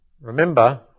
Remember